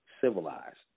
civilized